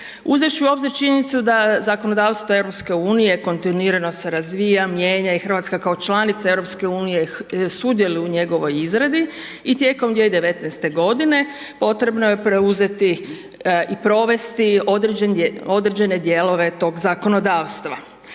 Uzevši u obzir činjenicu da zakonodavstvo EU-a kontinuirano se razvija, mijenja i Hrvatska kao članica EU-a sudjeluje u njegovoj izradi i tijekom 2019. g. potrebno je preuzeti i provesti određene dijelove tog zakonodavstva.